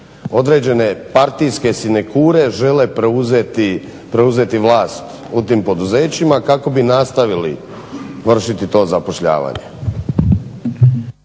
određene partijske sinekure žele preuzeti vlast u tim poduzećima kako bi nastavili vršiti to zapošljavanje.